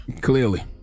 Clearly